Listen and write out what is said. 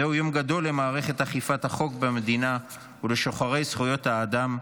זהו יום גדול למערכת אכיפת החוק במדינה ולשוחרי זכויות האדם,